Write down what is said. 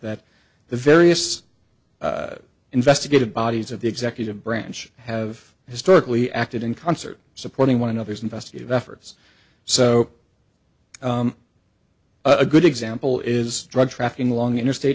that the various investigative bodies of the executive branch have historically acted in concert supporting one another's investigative efforts so a good example is drug trafficking along interstate